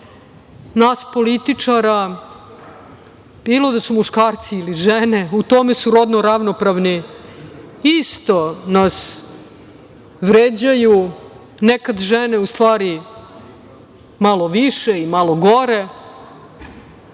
nas političara, bilo da su muškarci ili žene? U tome su rodno ravnopravni. Isto nas vređaju. Nekada žene u stvari malo više i malo gore,